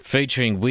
Featuring